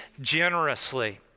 generously